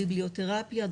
ביבליותרפיה,